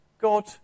God